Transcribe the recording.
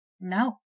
No